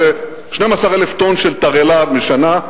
זה 12,000 טון של תרעלה בשנה,